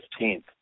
15th